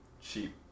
cheap